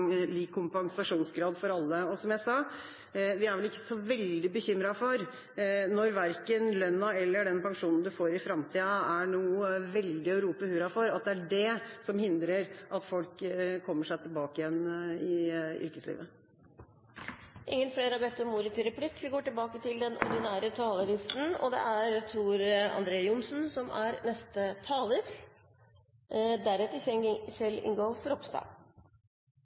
lik kompensasjonsgrad for alle. Som jeg sa, er vi ikke så veldig bekymret når verken lønna eller den pensjonen man får i framtida, er noe veldig å rope hurra for – at det er det som hindrer at folk kommer seg tilbake til yrkeslivet. Replikkordskiftet er avsluttet. I denne saken om ny uførepensjonsordning er det et bredt politisk flertall, som faktisk er enige om det meste. Det er